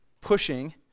pushing